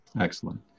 Excellent